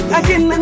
again